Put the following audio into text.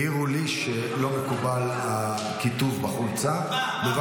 העירו לי שהכיתוב בחולצה לא מקובל.